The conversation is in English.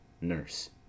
nurse